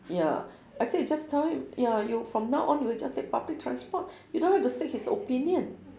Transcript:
ya I say just tell him ya you from now on you will just take public transport you don't have to seek his opinion